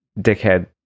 dickhead